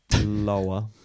Lower